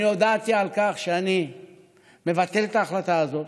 אני הודעתי על כך שאני מבטל את ההחלטה הזו.